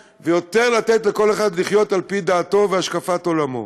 ולתת יותר לכל אחד לחיות על-פי דעתו והשקפת עולמו.